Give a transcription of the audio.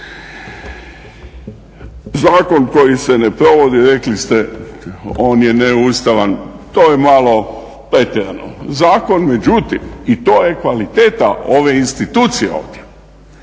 Zakon koji se ne provodi rekli ste on je neustavan. To je malo pretjerano. Zakon međutim i to je kvaliteta ove institucije ovdje,